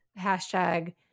hashtag